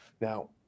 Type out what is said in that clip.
now